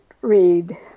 read